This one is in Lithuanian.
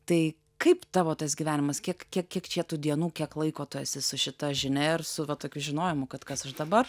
tai kaip tavo tas gyvenimas kiek kiek kiek čia tų dienų kiek laiko tu esi su šita žinia ir su va tokiu žinojimu kad kas aš dabar